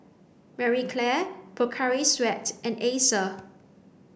Marie Claire Pocari Sweat and Acer